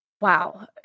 Wow